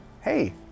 hey